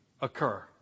occur